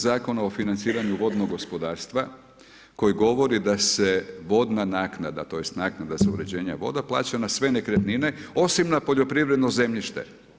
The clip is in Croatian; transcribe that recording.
Zakona o financiranju vodnog gospodarstva koji govori da se vodna naknada, tj. naknada za uređenje voda plaća na sve nekretnine osim na poljoprivredno zemljište.